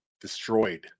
destroyed